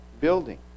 building